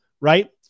Right